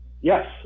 Yes